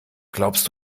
glaubst